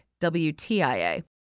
WTIA